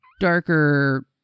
darker